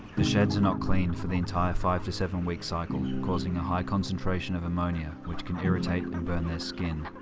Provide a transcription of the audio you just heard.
the sheds are not cleaned for the entire five to seven week cycle, causing a high concentration of ammonia which can irritate and burn their skin